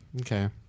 Okay